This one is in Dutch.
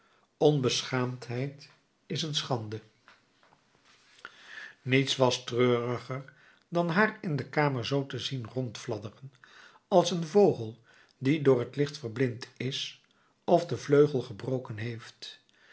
onbeschaamdheid is een schande niets was treuriger dan haar in de kamer zoo te zien rondfladderen als een vogel die door het licht verblind is of den vleugel gebroken heeft